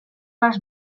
les